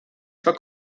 zwar